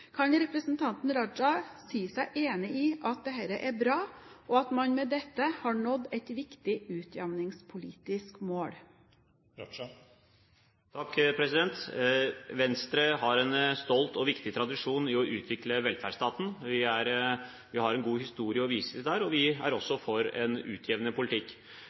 Kan representanten Raja si seg enig i at dette er bra, og at man med dette har nådd et viktig utjevningspolitisk mål? Venstre har en stolt og viktig tradisjon i å utvikle velferdsstaten. Vi har en god historie å vise til der, og vi er også for en utjevnende politikk.